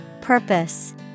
Purpose